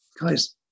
guys